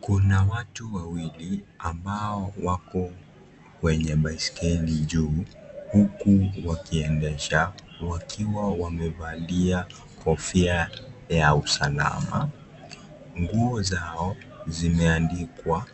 Kuna watu wawili ambao wako kwenye baiskeli juu huku wakiendesha wakiwa wamevalia kofia ya usalama ,nguo zao zimeandikwa